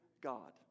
God